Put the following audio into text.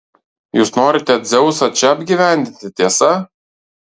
jūs norite dzeusą čia apgyvendinti tiesa